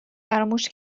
فراموش